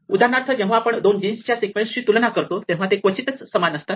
उदाहरणार्थ जेव्हा आपण दोन जीन्सच्या सिक्वेन्सची तुलना करतो तेव्हा ते क्वचितच समान असतात